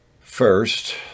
first